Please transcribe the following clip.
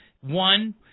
one